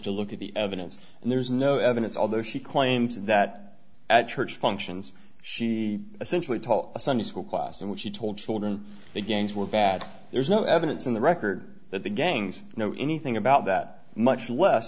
to look at the evidence and there's no evidence although she claims that at church functions she essentially told a sunday school class and when she told children the games were bad there's no evidence in the record that the gangs know anything about that much less